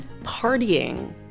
partying